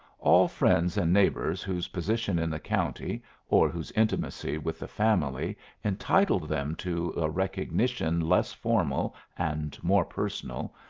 all friends and neighbours whose position in the county or whose intimacy with the family entitled them to a recognition less formal and more personal,